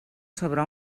sobre